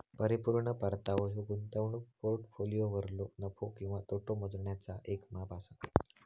परिपूर्ण परतावो ह्यो गुंतवणूक पोर्टफोलिओवरलो नफो किंवा तोटो मोजण्याचा येक माप असा